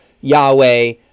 Yahweh